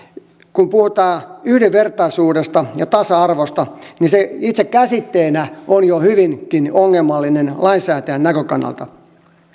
kun puhutaan yhdenvertaisuudesta ja tasa arvosta niin se itse käsitteenä on jo hyvinkin ongelmallinen lainsäätäjän näkökannalta